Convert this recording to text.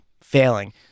failing